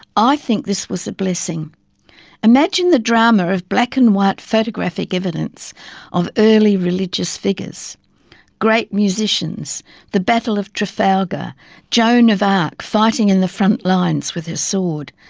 i think this was a blessing imagine the drama of black and white photographic evidence of early religious figures great musicians the battle of trafalgar joan of arc fighting in the front lines with her sword,